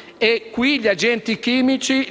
sono gli agenti chimici